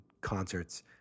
concerts